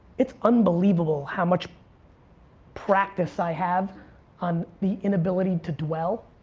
it's unbelievable how much practice i have on the inability to dwell.